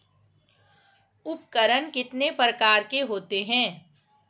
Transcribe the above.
उपकरण कितने प्रकार के होते हैं?